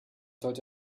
heute